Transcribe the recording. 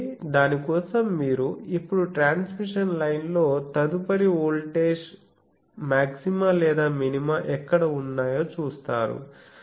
కాబట్టి దాని కోసం మీరు ఇప్పుడు ట్రాన్స్మిషన్ లైన్లో తదుపరి వోల్టేజ్ మాగ్జిమా లేదా మినిమా ఎక్కడ ఉన్నాయో చూస్తారు